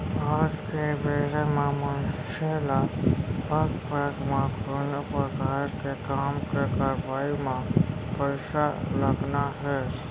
आज के बेरा म मनसे ल पग पग म कोनो परकार के काम के करवई म पइसा लगना हे